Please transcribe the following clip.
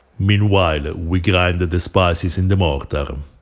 meanwhile, we grind the the spices in the mortar. um